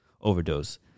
overdose